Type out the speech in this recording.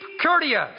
courteous